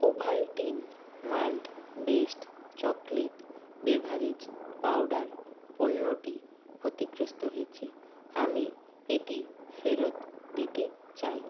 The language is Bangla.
Ovaltine malt based chocolate beverage powder পণ্যটি ক্ষতিগ্রস্ত হয়েছে আমি এটি ফেরত দিতে চাই